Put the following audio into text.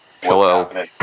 Hello